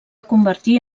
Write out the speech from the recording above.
convertir